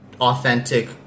authentic